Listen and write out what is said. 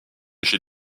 chez